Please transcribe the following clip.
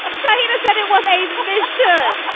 um shahina said it was a mission. yeah ah